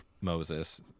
Moses